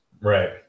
Right